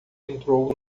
entrou